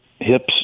hips